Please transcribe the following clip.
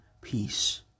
Peace